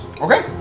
Okay